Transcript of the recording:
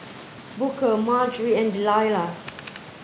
Booker Margery and Delilah